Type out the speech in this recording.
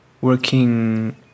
working